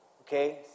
Okay